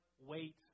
wait